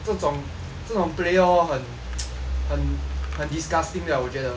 这种 player 哦很 很很 disgusting 的我觉得